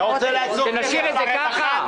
אתה רוצה לעצור את התקציב לרווחה?